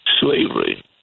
slavery